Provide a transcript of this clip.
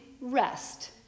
rest